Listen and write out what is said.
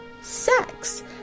sex